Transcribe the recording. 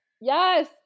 Yes